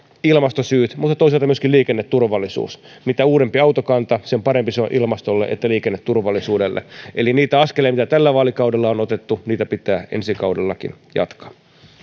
ilmastosyyt ja toisaalta myöskin liikenneturvallisuus mitä uudempi autokanta sen parempi se on sekä ilmastolle että liikenneturvallisuudelle eli niitä askeleita mitä tällä vaalikaudella on otettu pitää ensi kaudellakin jatkaa